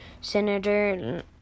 Senator